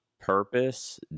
purpose